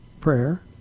prayer